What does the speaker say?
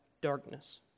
darkness